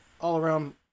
all-around